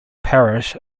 parish